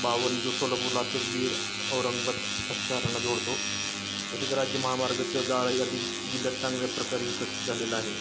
बावन जो सोलपूर लातूर बीड औरंगाबाद अशा शहरांना जोडतो तसेच राज्य महामार्गचं जाळं यादी जिल्ह्यात चांगल्या प्रकारे विकसित झालेलं आहे